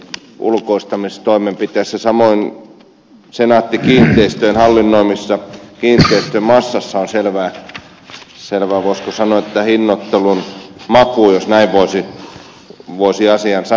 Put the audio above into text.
samoin senaatti kiinteistöjen hallinnoimassa kiinteistömassassa on selvää voisiko sanoa hinnoittelun makua jos näin voisi asian sanoa